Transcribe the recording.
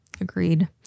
Agreed